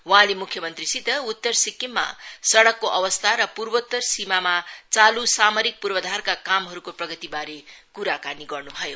वहाँले मुख्यमंत्रीसित उत्तर सिक्किममा सड़कको अवस्था र पूर्वोतर सीमामा चालु सामरिक पूर्वाधारका कामहरूको प्रगतिबारे कुराकानी गर्नु भयो